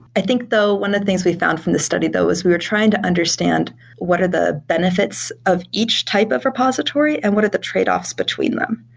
i think though, one of the things we found from the study though is we were trying to understand what are the benefits of each type of repository and what are the tradeoffs between them.